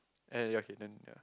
end already okay then ya